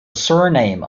surname